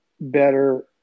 better –